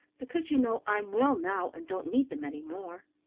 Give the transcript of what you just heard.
because, you know, i'm well now, and don't need them any more.